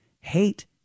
Hate